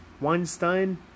Weinstein